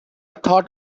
thought